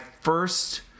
first